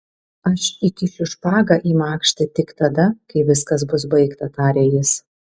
aš įkišiu špagą į makštį tik tada kai viskas bus baigta tarė jis